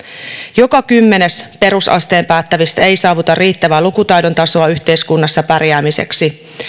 joka kymmenes perusasteen päättävistä ei saavuta riittävää lukutaidon tasoa yhteiskunnassa pärjäämiseksi